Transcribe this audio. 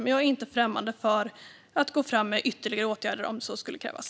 Men jag är inte främmande för att gå fram med ytterligare åtgärder om så skulle krävas.